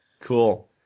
Cool